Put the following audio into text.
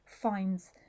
finds